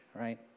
right